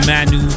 Manu